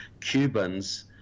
Cubans